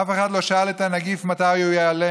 אף אחד לא שאל את הנגיף מתי הוא ייעלם.